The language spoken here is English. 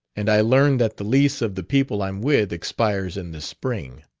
and i learn that the lease of the people i'm with expires in the spring.